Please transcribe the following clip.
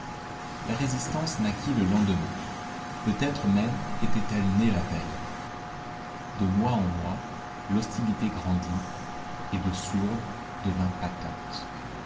la résistance naquit le lendemain peut-être même était-elle née la veille de mois en mois l'hostilité grandit et de sourde devint patente